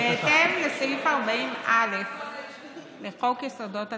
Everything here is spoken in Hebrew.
בהתאם לסעיף 40א לחוק יסודות התקציב,